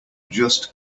just